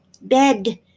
bed